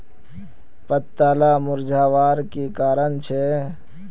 पत्ताला मुरझ्वार की कारण छे?